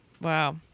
Wow